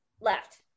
left